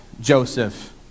Joseph